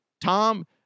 Tom